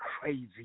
crazy